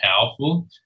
powerful